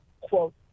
quote